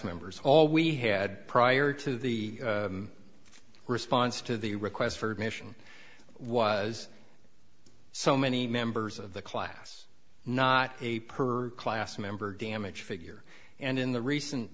members all we had prior to the response to the requests for admission was so many members of the class not a per class member damage figure and in the